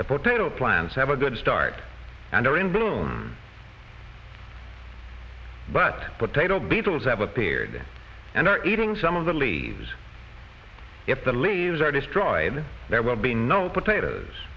the potato plants have a good start and are in bloom but but they don't beetles have appeared and are eating some of the leaves if the leaves are destroyed there will be no potatoes